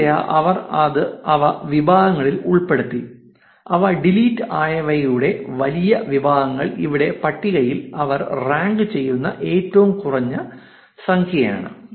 സ്വമേധയാ അവർ അവ വിഭാഗങ്ങളിൽ ഉൾപ്പെടുത്തി അവ ഡിലീറ്റ് ആയവയുടെ വലിയ വിഭാഗങ്ങൾ ഇവിടെ പട്ടികകളിൽ അവ റാങ്ക് ചെയ്യുന്ന ഏറ്റവും കുറഞ്ഞ സംഖ്യയാണ്